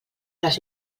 les